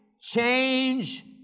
change